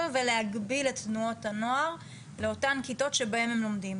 ולהגביל את תנועות הנוער לאותן כיתות שבהן הם לומדים.